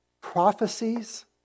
prophecies